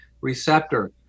receptor